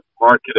market